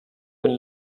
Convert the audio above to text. been